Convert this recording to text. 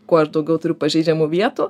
kuo aš daugiau turi pažeidžiamų vietų